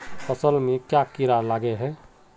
फसल में क्याँ कीड़ा लागे है?